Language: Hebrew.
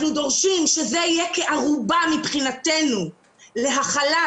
אנחנו דורשים שזה יהיה כערובה מבחינתנו להחלת